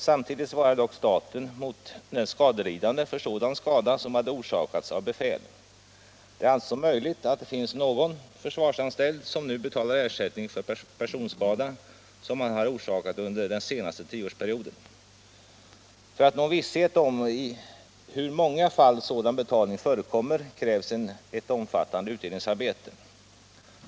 Samtidigt svarade dock staten mot den skadelidande för sådan skada som hade orsakats av befäl. Det är alltså möjligt att det finns någon försvarsanställd som nu betalar ersättning för personskada som han har orsakat under den senaste tioårsperioden. För att nå visshet om i hur många fall sådan betalning förekommer krävs ett omfattande utredningsarbete.